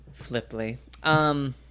flipply